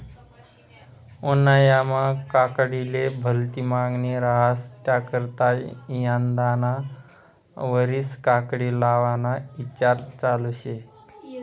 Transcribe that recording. उन्हायामा काकडीले भलती मांगनी रहास त्याकरता यंदाना वरीस काकडी लावाना ईचार चालू शे